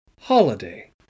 holiday